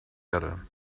erde